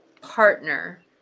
partner